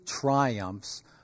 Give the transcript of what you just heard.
triumphs